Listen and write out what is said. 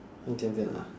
你讲这样啊